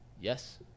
Yes